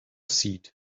seed